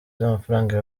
z’amafaranga